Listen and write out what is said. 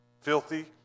Filthy